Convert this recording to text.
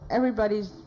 everybody's